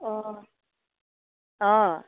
অঁ অঁ